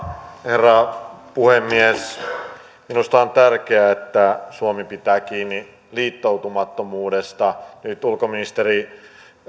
herra puhemies minusta on tärkeää että suomi pitää kiinni liittoutumattomuudesta nyt ulkoministeri